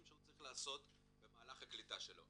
שהוא צריך לעשות במהלך הקליטה שלו.